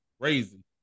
crazy